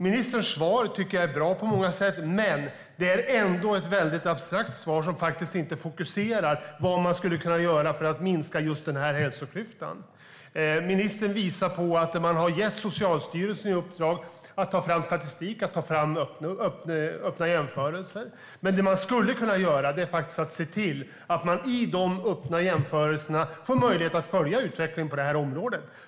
Ministerns svar var bra på många olika sätt, men det var ändå ett mycket abstrakt svar som inte fokuserade på vad som kan göras för att minska just den här hälsoklyftan. Ministern visade att Socialstyrelsen har fått i uppdrag att ta fram statistik och öppna jämförelser. Men det som skulle kunna göras är att i de öppna jämförelserna följa utvecklingen på området.